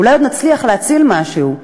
ואולי עוד נצליח להציל משהו,